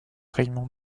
raymond